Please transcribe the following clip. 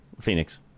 Phoenix